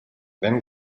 then